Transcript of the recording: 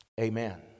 Amen